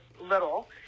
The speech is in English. little